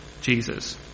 Jesus